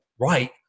right